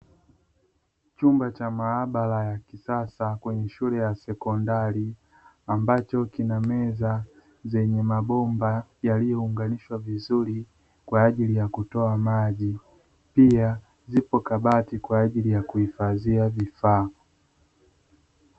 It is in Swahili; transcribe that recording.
Chumba cha maabara ya kisasa kwenye shule ya sekondari. Ambacho kinameza zenye mabomba yaliyounganishwa vizuri kwa ajili ya kutoa maji, pia zipo kabati kwa ajili ya kuhifadhia vifaa.